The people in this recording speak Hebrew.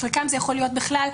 חלקן יכולות להיות, בכלל,